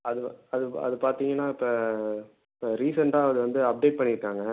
அதில் அது வ அது பார்த்தீங்கன்னா இப்போ இப்போ ரீசெண்ட்டாக அது வந்து அப்டேட் பண்ணியிருக்காங்க